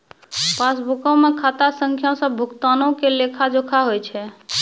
पासबुको मे खाता संख्या से भुगतानो के लेखा जोखा होय छै